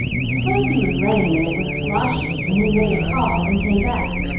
suppose he was lame and it was sloshy, and he made a call and came back.